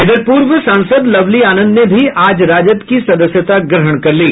इधर पूर्व सांसद लवली आनंद ने भी आज राजद की सदस्यता ग्रहण कर ली